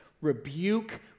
rebuke